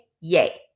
yay